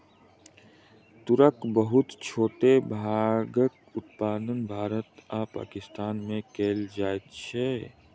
तूरक बहुत छोट भागक उत्पादन भारत आ पाकिस्तान में कएल जाइत अछि